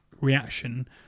reaction